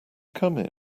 come